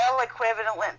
equivalent